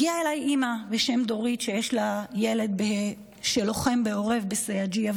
הגיעה אליי אימא בשם דורית שיש לה ילד שלוחם בעורב בשג'אעיה,